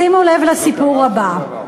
שימו לב לסיפור הבא: